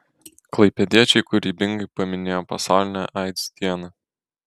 klaipėdiečiai kūrybingai paminėjo pasaulinę aids dieną